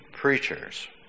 preachers